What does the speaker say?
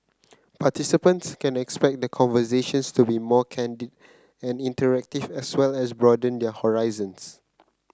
participants can expect the conversations to be more candid and interactive as well as broaden their horizons